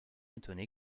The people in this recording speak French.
étonné